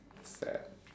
sad